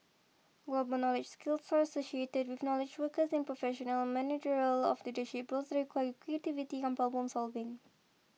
global knowledge skills are associated with knowledge workers in professional managerial or leadership roles that require creativity and problem solving